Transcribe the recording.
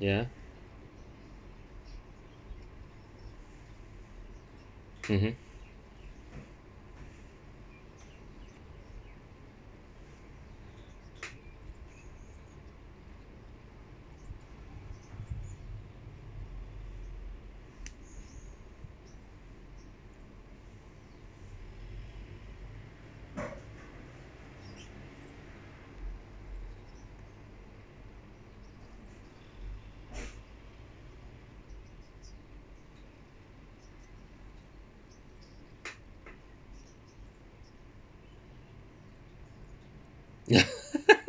ya mmhmm